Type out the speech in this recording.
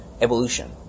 Evolution